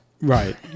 Right